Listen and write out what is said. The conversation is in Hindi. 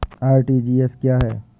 आर.टी.जी.एस क्या है?